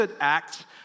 acts